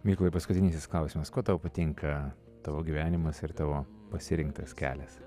mykolai paskutinysis klausimas kuo tau patinka tavo gyvenimas ir tavo pasirinktas kelias